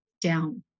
down